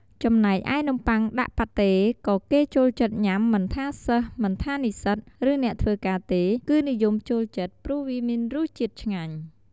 ចំណែកឯនំំបុ័ងដាក់ប៉ាតេក៏គេចូលចិត្តញុាំមិនថាសិស្សិ មិនថានិស្សិត ឬអ្នកធ្វើការទេគឺនិយមចូលចិត្តព្រោះវាមានរសជាតិឆ្ងាញ់។